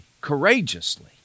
courageously